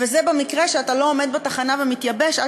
וזה במקרה שאתה לא עומד בתחנה ומתייבש עד